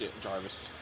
Jarvis